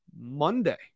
Monday